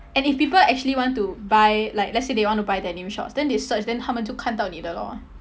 and if people actually want to buy like let's say they want to buy their new shorts then they search 他们就看到你的 lor